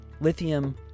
lithium